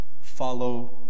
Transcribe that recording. follow